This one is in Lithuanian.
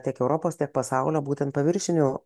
tiek europos tiek pasaulio būtent paviršinių